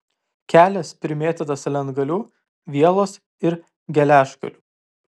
kelias primėtytas lentgalių vielos ir geležgalių